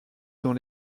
dans